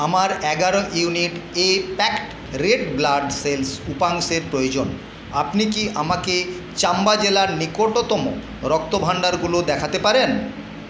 আমার এগারো ইউনিট এ প্যাকড রেড ব্লাড সেলস উপাংশের প্রয়োজন আপনি কি আমাকে চাম্বা জেলার নিকটতম রক্তভাণ্ডারগুলো দেখাতে পারেন